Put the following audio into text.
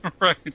Right